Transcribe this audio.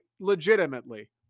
legitimately